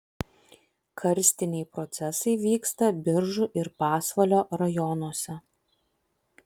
karstiniai procesai vyksta biržų ir pasvalio rajonuose